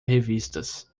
revistas